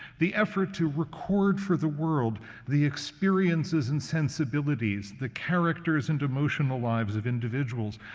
the effort to record for the world the experiences and sensibilities, the characters and emotional lives of individuals,